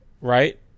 Right